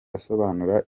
asobanura